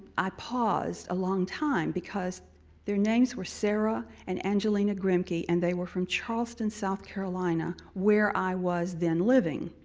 i paused a long time because their names were sarah and angelina grimke and they were from charleston, south carolina where i was then living.